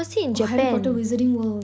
oh Harry Potter Wizarding World